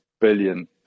billion